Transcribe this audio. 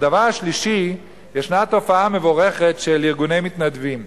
והדבר השלישי: ישנה תופעה מבורכת של ארגוני מתנדבים,